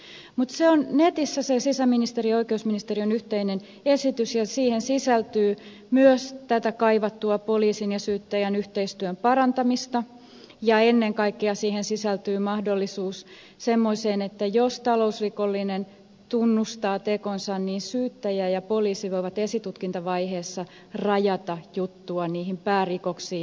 mutta se on netissä se sisäministeriön ja oikeusministeriön yhteinen esitys ja siihen sisältyy myös tätä kaivattua poliisin ja syyttäjän yhteistyön parantamista ja ennen kaikkea siihen sisältyy mahdollisuus semmoiseen että jos talousrikollinen tunnustaa tekonsa niin syyttäjä ja poliisi voivat esitutkintavaiheessa rajata juttua niihin päärikoksiin